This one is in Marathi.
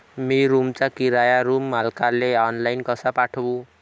मी रूमचा किराया रूम मालकाले ऑनलाईन कसा पाठवू?